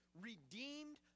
redeemed